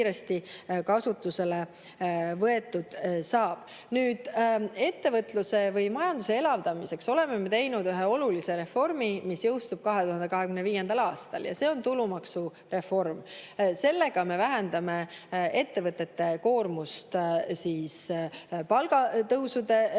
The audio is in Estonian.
kasutusele. Nüüd, ettevõtluse või majanduse elavdamiseks oleme teinud ühe olulise reformi, mis jõustub 2025. aastal, ja see on tulumaksureform. Sellega me vähendame ettevõtete koormust palgatõusude või